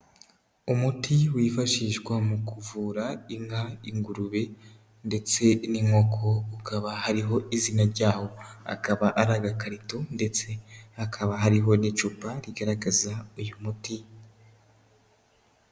Umuti wifashishwa mu kuvura inka, ingurube ndetse n'inkoko, ukaba hariho izina ryawo, akaba ari agakarito ndetse hakaba hariho n'icupa rigaragaza uyu muti.